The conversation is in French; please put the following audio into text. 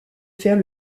faire